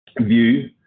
view